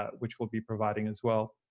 ah which we'll be providing, as well.